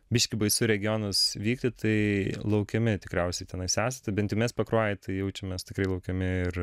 biškį baisu į regionus vykti tai laukiami tikriausiai tenais esate bent jau mes pakruojy tai jaučiamės tikrai laukiami ir